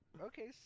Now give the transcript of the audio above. Okay